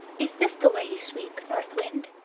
is this the way you sweep, north wind?